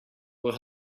will